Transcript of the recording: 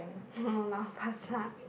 go lau-pa-sat